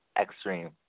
Extreme